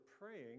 praying